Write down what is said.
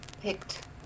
picked